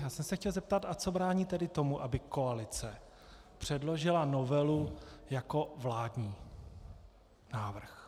Já jsem se chtěl zeptat, co tedy brání tomu, aby koalice předložila novelu jako vládní návrh.